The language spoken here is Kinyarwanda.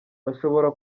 bashobora